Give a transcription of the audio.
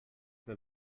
wer